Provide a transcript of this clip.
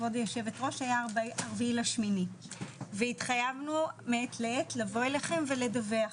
כבוד היושבת ראש היה ה-4.8 והתחייבנו מעת לעת לבוא אליכם ולדווח,